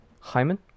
Hyman